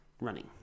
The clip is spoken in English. running